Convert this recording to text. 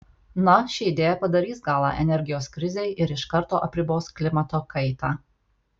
na ši idėja padarys galą energijos krizei ir iš karto apribos klimato kaitą